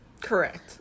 Correct